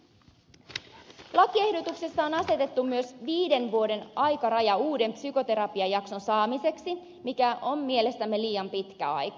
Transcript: lakiehdotuksessa on asetettu myös viiden vuoden aikaraja uuden psykoterapiajakson saamiseksi mikä on mielestämme liian pitkä aika